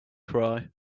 cry